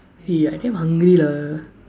eh I damn hungry lah